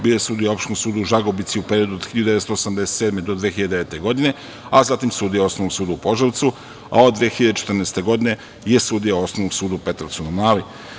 Bio je sudija Opštinskog suda u Žagubici u periodu od 1987. do 2009. godine, a zatim sudija Osnovnog suda u Požarevcu, a od 2014. godine je sudija Osnovnog suda u Petrovcu na Mlavi.